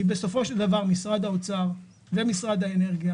בסופו של דבר משרד האוצר ומשרד האנרגיה